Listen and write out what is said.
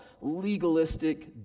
legalistic